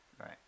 Right